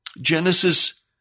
Genesis